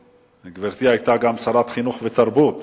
גברתי היתה גם שרת החינוך והתרבות,